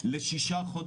היה מחיר מופחת.